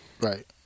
Right